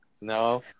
no